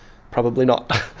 probably not.